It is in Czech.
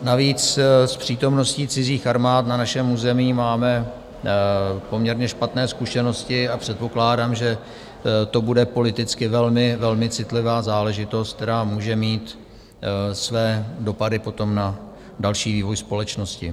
Navíc s přítomností cizích armád na našem území máme poměrně špatné zkušenosti a předpokládám, že to bude politicky velmi citlivá záležitost, která může mít své dopady potom na další vývoj společnosti.